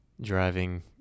driving